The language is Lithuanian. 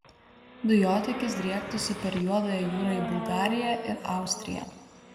dujotiekis driektųsi per juodąją jūrą į bulgariją ir austriją